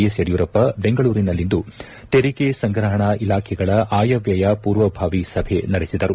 S Yediyurappa ಬೆಂಗಳೂರಿನಲ್ಲಿಂದು ತೆರಿಗೆ ಸಂಗ್ರಹಣಾ ಇಲಾಖೆಗಳ ಆಯವ್ಯಯ ಪೂರ್ವಭಾವಿ ಸಭೆ ನಡೆಸಿದರು